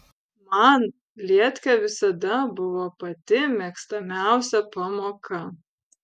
man lietka visada buvo pati mėgstamiausia pamoka